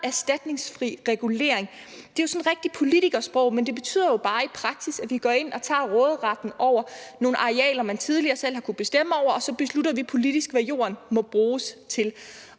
erstatningsfri regulering, og det er rigtigt politikersprog, men det betyder bare i praksis, at vi går ind og tager råderetten over nogle arealer, man tidligere selv kunne bestemme over, og så beslutter vi politisk, hvad jorden må bruges til,